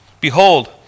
Behold